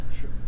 Sure